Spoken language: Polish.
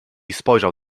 spojrzał